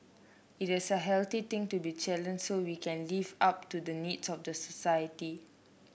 it is a healthy thing to be challenged so we can live up to the needs of the society